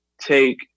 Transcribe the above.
take